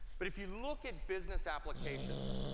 but if you look at business applications,